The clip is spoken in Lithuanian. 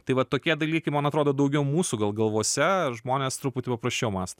tai vat tokie dalykai man atrodo daugiau mūsų gal galvose žmonės truputį paprasčiau mąsto